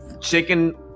Chicken